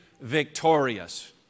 victorious